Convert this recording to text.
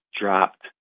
dropped